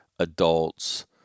Adults